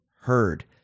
heard